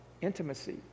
Intimacy